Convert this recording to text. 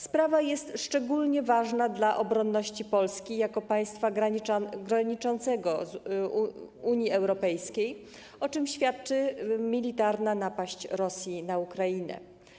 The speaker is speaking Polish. Sprawa jest szczególnie ważna dla obronności Polski jako państwa graniczącego Unii Europejskiej, o czym świadczy militarna napaść Rosji na Ukrainę.